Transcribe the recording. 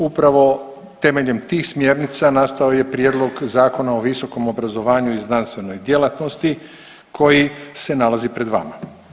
Upravo temeljem tih smjernica nastao je Prijedlog Zakona o visokom obrazovanju i znanstvenoj djelatnosti koji se nalazi pred vama.